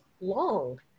long